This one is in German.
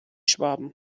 schwaben